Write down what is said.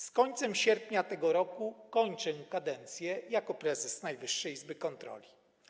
Z końcem sierpnia tego roku kończę kadencję jako prezes Najwyższej Izby Kontroli.